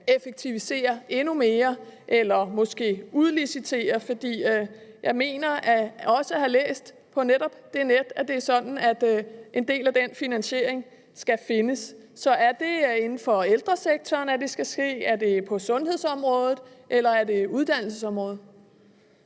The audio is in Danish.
effektivisere endnu mere eller måske udlicitere, for jeg mener også at have læst netop på nettet, at det er sådan en del af den finansiering skal findes. Så er det inden for ældresektoren, det skal ske? Er det på sundhedsområdet? Eller er det på uddannelsesområdet?